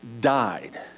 died